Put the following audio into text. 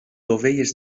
dovelles